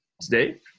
Today